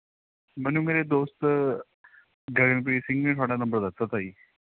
ਮੈਨੂੰ ਮੇਰੇ ਦੋਸਤ ਗਗਨਪ੍ਰੀਤ ਸਿੰਘ ਨੇ ਤੁਹਾਡਾ ਨੰਬਰ ਦਿੱਤਾ ਤਾ ਜੀ